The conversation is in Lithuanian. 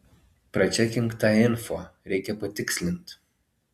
pračekink tą info reikia patikslint